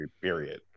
period